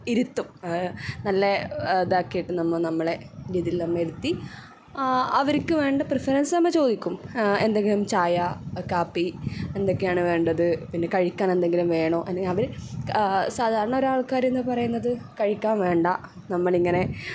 ഇരുത്തും നല്ല അതാക്കീട്ട് നമ്മൾ നമ്മളുടെ രീതിയില് മ്മ ഇരുത്തി അവർക്ക് വേണ്ട പ്രീഫെറൻസ്സ് നമ്മൾ ചോദിക്കും എന്തെങ്കിലും ചായ കാപ്പി എന്തൊക്കെയാണ് വേണ്ടത് പിന്നെ കഴിക്കാൻ എന്തെങ്കിലും വേണോ അല്ലെങ്കിൽ അവര് സാധാരണ ഒരാൾക്കാരെന്നാ പറയുന്നത് കഴിക്കാൻ വേണ്ട നമ്മളിങ്ങനെ